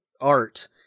art